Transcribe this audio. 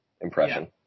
impression